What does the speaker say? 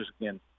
again